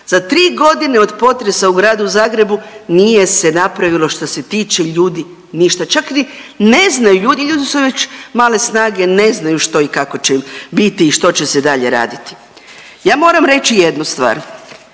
za tri godine od potresa u gradu Zagrebu nije se napravilo što se tiče ljudi ništa, čak ni ne znaju ljudi, ljudi su već male snage ne znaju što i kako će biti i što će se dalje raditi. Ja moram reći jednu stvar,